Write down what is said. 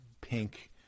pink